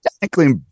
Technically